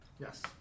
Yes